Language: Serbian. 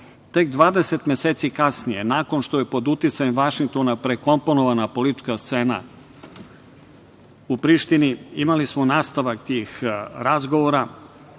Tek 20 meseci kasnije nakon što je pod uticajem Vašingtona prekomponovana politička scena u Prištini imali smo nastavak tih razgovora